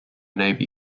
navy